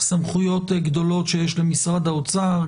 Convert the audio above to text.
סמכויות גדולות שיש למשרד האוצר,